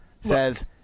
says –